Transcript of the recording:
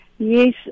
Yes